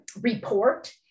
report